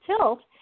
tilt